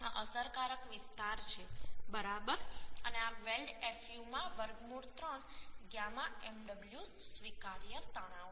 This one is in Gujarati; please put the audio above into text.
આ અસરકારક વિસ્તાર છે બરાબર અને આ વેલ્ડ fu માં વર્ગમૂળ 3 γ mw સ્વીકાર્ય તણાવ છે